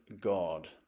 God